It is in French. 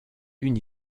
une